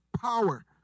power